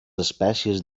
espècies